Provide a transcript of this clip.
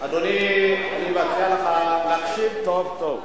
אדוני, אני מציע לך להקשיב טוב טוב.